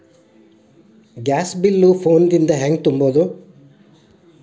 Gas bill phone ದಿಂದ ಹ್ಯಾಂಗ ತುಂಬುವುದು?